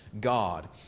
God